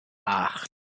acht